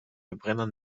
verbrenner